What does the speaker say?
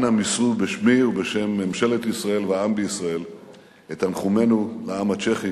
אנא מסרו בשמי ובשם ממשלת ישראל והעם בישראל את תנחומינו לעם הצ'כי